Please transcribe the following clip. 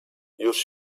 już